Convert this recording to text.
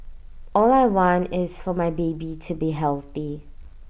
all I want is for my baby to be healthy